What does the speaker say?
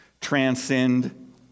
transcend